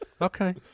Okay